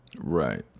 Right